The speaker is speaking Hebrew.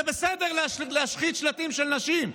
זה בסדר להשחית שלטים של נשים,